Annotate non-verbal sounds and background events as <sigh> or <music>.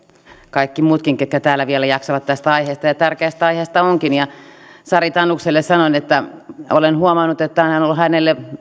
kaikki muutkin ketkä täällä vielä jaksavat tästä aiheesta ja tärkeä aihe onkin sari tanukselle sanon että <unintelligible> <unintelligible> <unintelligible> <unintelligible> olen huomannut että tämä on ollut hänelle